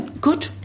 good